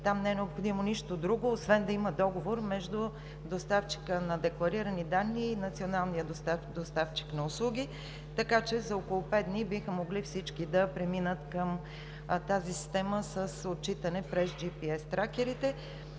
Там не е необходимо нищо друго, освен да има договор между доставчика на декларирани данни и националния доставчик на услуги. Така че за около пет дни всички биха могли да преминат към тази система с отчитане през GPS тракерите.